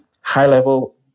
high-level